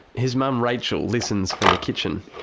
his mum rachel listens from the kitchen.